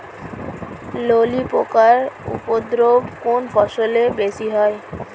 ললি পোকার উপদ্রব কোন ফসলে বেশি হয়?